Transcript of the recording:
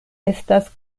estas